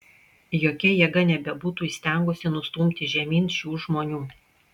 jokia jėga nebebūtų įstengusi nustumti žemyn šių žmonių